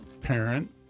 parent